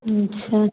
अच्छा